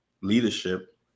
leadership